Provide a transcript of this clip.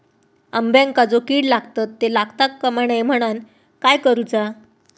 अंब्यांका जो किडे लागतत ते लागता कमा नये म्हनाण काय करूचा?